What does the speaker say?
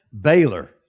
Baylor